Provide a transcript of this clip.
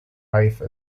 life